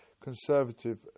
conservative